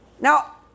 Now